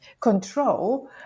control